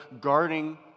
guarding